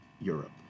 Europe